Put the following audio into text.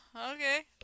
okay